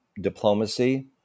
diplomacy